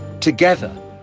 together